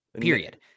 period